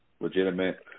legitimate